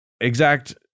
exact